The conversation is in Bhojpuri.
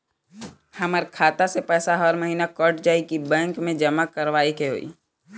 हमार खाता से पैसा हर महीना कट जायी की बैंक मे जमा करवाए के होई?